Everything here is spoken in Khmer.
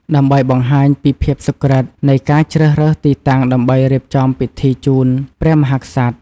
ដើម្បីបង្ហាញពីភាពសុក្រឹត នៃការជ្រើសរើសទីតាំងដើម្បីរៀបចំពិធីជូន ព្រះមហាក្សត្រ។